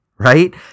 Right